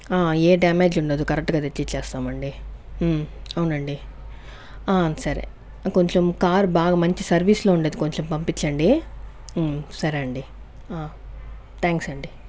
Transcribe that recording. ఏ damage ఉండదు correct గా తెచ్చి చేస్తామండి అవునండి సరే కొంచెం కార్ బాగా మంచి సర్వీస్ లో ఉండేది కొంచెం పంపించండి సరే అండి థ్యాంక్స్ అండి